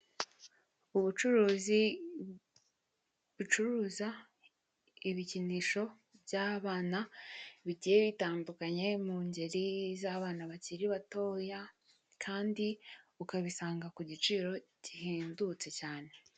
ubucuruzi bucuruza ibikinisho by'abana bigiye bitandukanye mungeri z'abana bakiri batoya, kandi ukabisanga kugiciro gihendutse cyane.